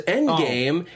Endgame